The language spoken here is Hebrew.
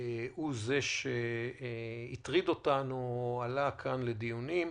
הוא זה שהטריד אותנו ועלה כאן לדיונים.